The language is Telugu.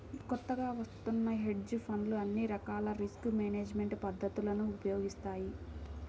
కొత్తగా వత్తున్న హెడ్జ్ ఫండ్లు అన్ని రకాల రిస్క్ మేనేజ్మెంట్ పద్ధతులను ఉపయోగిస్తాయి